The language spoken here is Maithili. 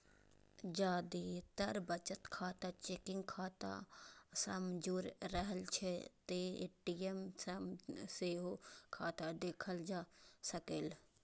जादेतर बचत खाता चेकिंग खाता सं जुड़ रहै छै, तें ए.टी.एम सं सेहो खाता देखल जा सकैए